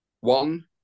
one